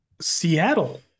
Seattle